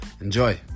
Enjoy